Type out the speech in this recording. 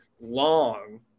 long